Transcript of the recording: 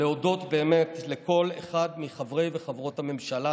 להודות באמת לכל אחד מחברי וחברות הממשלה